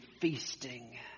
feasting